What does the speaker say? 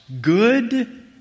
good